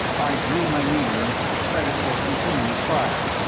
i drew my needler, set it for continuous fire,